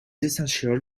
essential